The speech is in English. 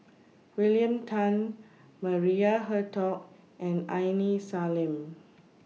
William Tan Maria Hertogh and Aini Salim